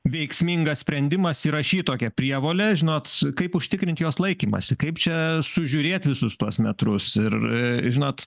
veiksmingas sprendimas įrašyt tokią prievolę žinot kaip užtikrint jos laikymąsi kaip čia sužiūrėt visus tuos metrus ir žinot